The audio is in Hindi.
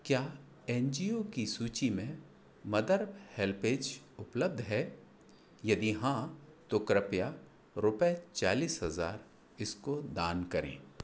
क्या एन जी ओ की सूची में मदर हेल्पएज उपलब्ध है यदि हाँ तो कृपया रुपये चालीस हज़ार इसको दान करें